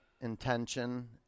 intention